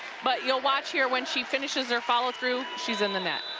but you'll watch here when she finishes her follow-through, she's in the net